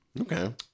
Okay